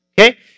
okay